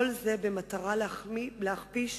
כל זה במטרה להכפיש